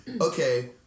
okay